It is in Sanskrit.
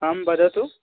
आं वदतु